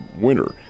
winner